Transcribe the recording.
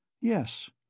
Yes